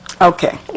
okay